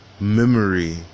Memory